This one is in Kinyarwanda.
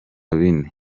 bine